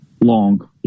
Long